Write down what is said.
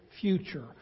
future